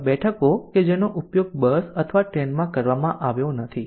તો આ બેઠકો કે જેનો ઉપયોગ બસ અથવા ટ્રેનમાં કરવામાં આવ્યો નથી